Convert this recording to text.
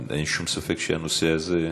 אין שום ספק שבנושא הזה,